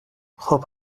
خوب